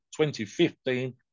2015